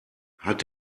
hat